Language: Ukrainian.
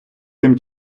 тим